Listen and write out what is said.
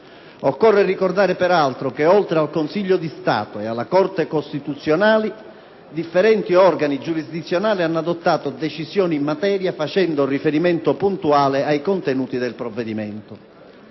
Occorre ricordare peraltro che, oltre al Consiglio di Stato e alla Corte costituzionale, differenti organi giurisdizionali hanno adottato decisioni in materia, facendo riferimento puntuale ai contenuti del provvedimento.